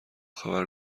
خبر